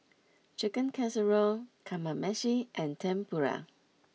Chicken Casserole Kamameshi and Tempura